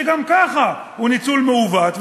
שגם ככה הוא ניצול מעוות,